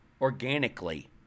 organically